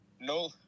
No